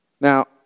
Now